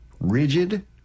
Rigid